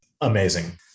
Amazing